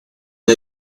the